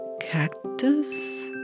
cactus